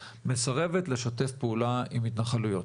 היא מסרבת לשתף פעולה עם התנחלויות.